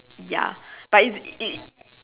ya but it it